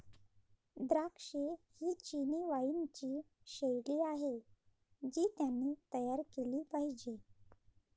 द्राक्षे ही चिनी वाइनची शैली आहे जी त्यांनी तयार केली पाहिजे